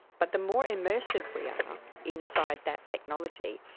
but the more immersive we are inside that technology,